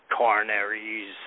coronaries